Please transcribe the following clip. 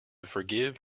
forgive